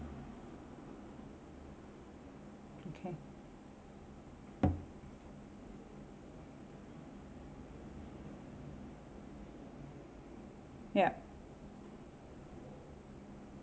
okay ya